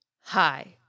hi